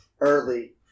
early